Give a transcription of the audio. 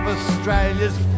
Australia's